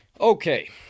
Okay